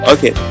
Okay